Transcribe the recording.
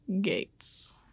Gates